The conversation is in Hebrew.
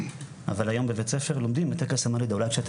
אבל היום בבית הספר לומדים את טקס המלידה,